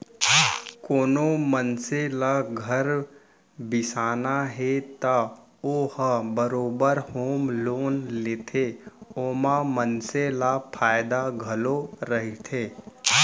कोनो मनसे ल घर बिसाना हे त ओ ह बरोबर होम लोन लेथे ओमा मनसे ल फायदा घलौ रहिथे